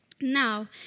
Now